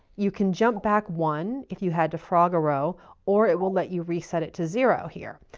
you can jump back one, if you had to frog a row or it will let you reset it to zero here.